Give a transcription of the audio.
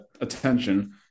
attention